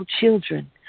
children